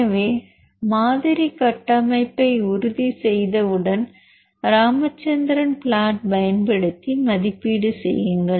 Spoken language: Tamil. எனவே மாதிரி கட்டமைப்பை உறுதிசெய்தவுடன் ராமச்சந்திரன் ப்ளாட் பயன்படுத்தி மதிப்பீடு செய்யுங்கள்